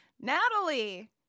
Natalie